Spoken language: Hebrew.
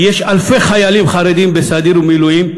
כי יש אלפי חיילים חרדים, בסדיר ובמילואים,